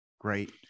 Great